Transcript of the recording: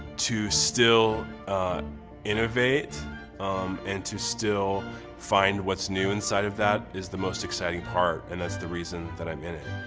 to still innovate and to still find what's new inside of that is the most exciting part and that's the reason that i'm in it.